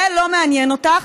זה לא מעניין אותך,